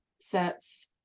sets